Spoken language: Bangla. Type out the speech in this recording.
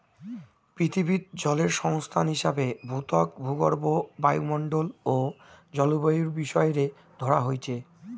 পিথীবিত জলের সংস্থান হিসাবে ভূত্বক, ভূগর্ভ, বায়ুমণ্ডল ও জলবায়ুর বিষয় রে ধরা হইচে